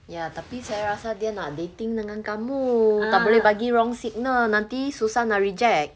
ya tapi saya rasa dia nak dating dengan kamu tak boleh bagi wrong signal nanti susah nak reject